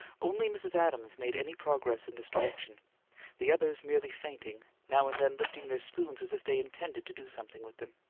only mrs. adams made any progress in this direction the others merely feinting, now and then lifting their spoons as if they intended to do something with them.